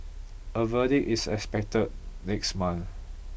a verdict is expected next month